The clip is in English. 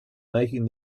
making